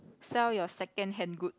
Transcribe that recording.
sell your second hand goods